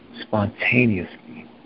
spontaneously